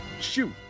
shoot